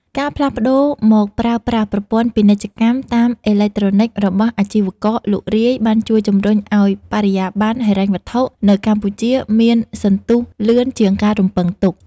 ការផ្លាស់ប្តូរមកប្រើប្រាស់ ប្រព័ន្ធពាណិជ្ជកម្មតាមអេឡិចត្រូនិក របស់អាជីវករលក់រាយ បានជួយជម្រុញឱ្យ បរិយាបន្នហិរញ្ញវត្ថុ នៅកម្ពុជាមានសន្ទុះលឿនជាងការរំពឹងទុក។